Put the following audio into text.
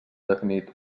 definit